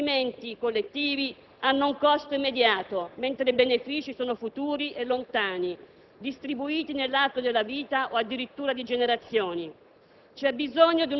Alcuni investimenti collettivi hanno un costo immediato, mentre i benefici sono futuri e lontani, distribuiti nell'arco della vita o addirittura di generazioni.